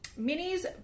minis